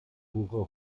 pure